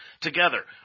Together